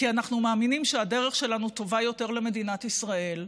כי אנחנו מאמינים שהדרך שלנו טובה יותר למדינת ישראל,